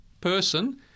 person